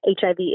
HIV